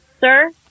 Sir